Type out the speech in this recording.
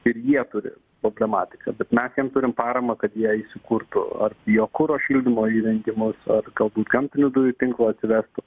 ir jie turi problematiką kaip mes jiem turim paramą kad jie įsikurtų ar biokuro šildymo įrengimus ar galbūt gamtinių dujų tinklą atsivestų